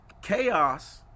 Chaos